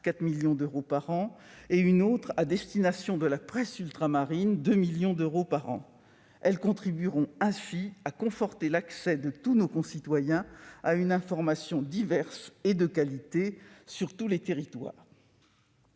4 millions d'euros par an, et une autre à destination de la presse ultramarine, pour 2 millions d'euros par an. Elles contribueront ainsi à conforter l'accès de tous nos concitoyens à une information diverse et de qualité sur tous les territoires.